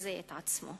שמבזה את עצמו.